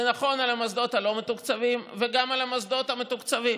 זה נכון למוסדות הלא-מתוקצבים וגם למוסדות המתוקצבים.